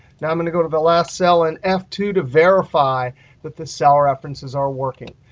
now i'm going to go to the last cell and f two to verify that the cell references are working.